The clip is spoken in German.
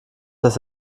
das